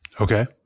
Okay